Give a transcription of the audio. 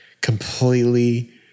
completely